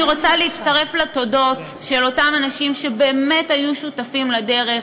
אני רוצה להצטרף לתודות לאותם אנשים שבאמת היו שותפים לדרך,